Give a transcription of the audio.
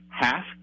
half